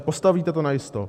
Postavíte to najisto?